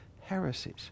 heresies